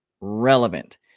relevant